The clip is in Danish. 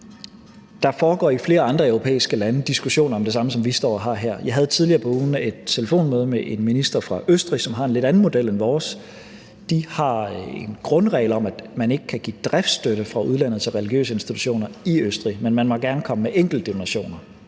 Der foregår i flere andre europæiske lande diskussioner om det samme, som vi står her og diskuterer. Jeg havde tidligere på ugen et telefonmøde med en minister fra Østrig, hvor de har en lidt anden model end vores. De har en grundregel om, at man ikke kan give driftsstøtte fra udlandet til religiøse institutioner i Østrig, men man må gerne komme med enkeltdonationer.